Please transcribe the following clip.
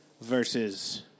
versus